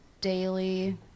daily